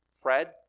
Fred